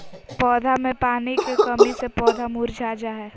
पौधा मे पानी के कमी से पौधा मुरझा जा हय